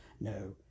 no